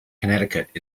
connecticut